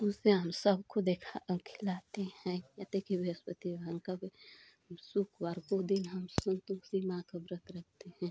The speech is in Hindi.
उसे हम सबको को देखा खिलाते हैं कहते कि बृहस्पति वान का भी हम शुक्रवार को दिन हम संतोषी माँ का व्रत रखते हैं